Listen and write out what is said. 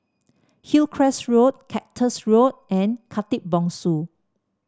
Hillcrest Road Cactus Road and Khatib Bongsu